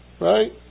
Right